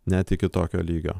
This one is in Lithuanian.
net iki tokio lygio